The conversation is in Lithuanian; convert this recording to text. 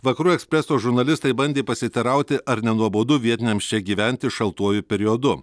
vakarų ekspreso žurnalistai bandė pasiteirauti ar nenuobodu vietiniams čia gyventi šaltuoju periodu